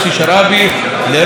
לראש מטה שר האוצר,